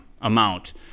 amount